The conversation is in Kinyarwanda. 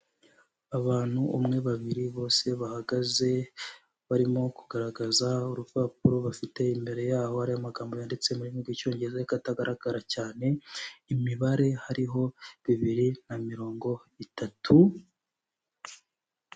Abantu umwe, babiri bose bahagaze barimo kugaragaza urupapuro bafite imbere yaho hariho amagambo yanditse mu rurimi rw'icyongereza ariko atagaragara cyane imibare hariho bibiri na mirongo itatu.